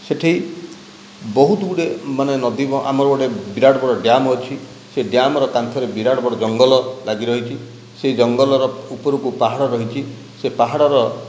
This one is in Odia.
ସେଇଠି ବହୁତ ଗୁଡ଼େ ମାନେ ନଦୀ ଆମର ଗୋଟେ ବିରାଟ ବଡ଼ ଡ୍ୟାମ ଅଛି ସେ ଡ୍ୟାମର ପାଖରେ ବିରାଟ ବଡ଼ ଜଙ୍ଗଲ ଲାଗିରହିଛି ସେ ଜଙ୍ଗଲର ଉପରକୁ ପାହାଡ଼ ରହିଛି ସେ ପାହାଡ଼ର